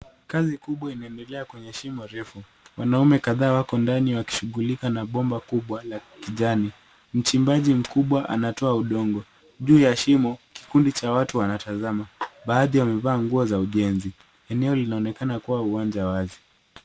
Kazi kubwa inaendelea kwenye shimo refu. Wanaume kadhaa wako ndani wakishughulika na bomba kubwa la kijani. Mchimbaji mkubwa anatoa udongo. Juu ya shimo kikundi cha watu wanatazama baadhi wamevaa nguo za ujenzi. Eneo linaonekana kuwa uwanja wazi.